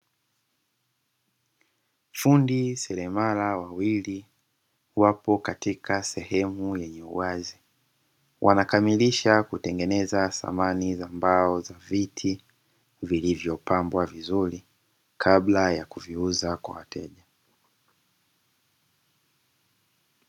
Fundi seremala wawili wapo katika sehemu yenye uwazi, wanakamilisha kutengeneza samani za mbao za viti vilivyopambwa vizuri kabla ya kuviuza kwa wateja.